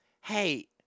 Hey